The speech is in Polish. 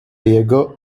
jego